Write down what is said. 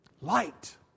Light